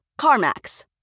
CarMax